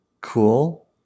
cool